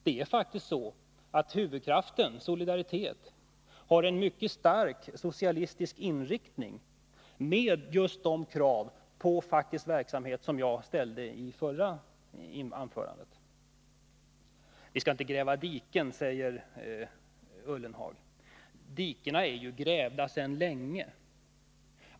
Det är faktiskt så att huvudkraften där, Solidaritet, har en mycket stark socialistisk inriktning med just de krav på fackets verksamhet som jag ställde i mitt förra anförande. Vi skall inte gräva diken, säger herr Ullenhag. Men dikena är ju grävda sedan länge.